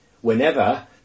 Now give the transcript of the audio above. whenever